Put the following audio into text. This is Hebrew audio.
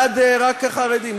בעד רק החרדים.